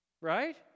Right